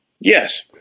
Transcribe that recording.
Yes